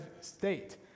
state